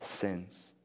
sins